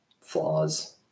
flaws